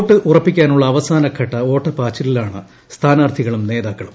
vote ഉറപ്പിക്കാനുള്ള അവസാനഘട്ട ഓട്ടപാച്ചിലിലാണ് സ്ഥാനാർത്ഥികളും നേതാക്കളും